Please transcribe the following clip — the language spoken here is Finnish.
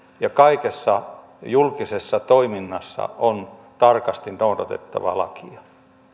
ja kaikessa julkisessa toiminnassa on tarkasti noudatettava lakia